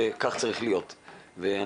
אני מאוד מאוד מציע אדוני המנכ"ל, ואני